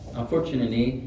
unfortunately